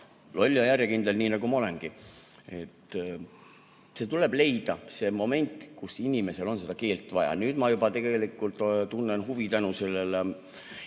loll ja järjekindel, nii nagu ma olen. Tuleb leida see moment, kus inimesel on seda keelt vaja. Nüüd ma juba tegelikult tunnen huvi tänu internetile